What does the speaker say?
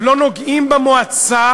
לא נוגעים במועצה